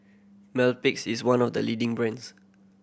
Mepilex is one of the leading brands